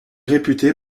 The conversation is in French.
réputé